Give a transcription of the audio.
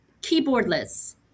keyboardless